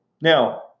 now